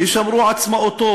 "יישמרו עצמאותו,